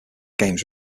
games